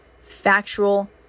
factual